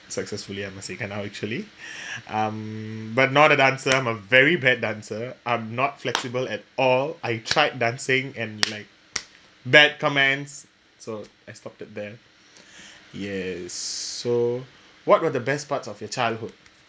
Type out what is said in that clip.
successfully I'm a singer now actually um but not a dancer I'm a very bad dancer I'm not flexible at all I tried dancing and like bad commands so I stopped at there yes so what were the best parts of your childhood